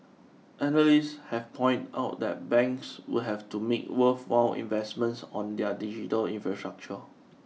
analysts have pointed out that banks would have to make worthwhile investments on their digital infrastructure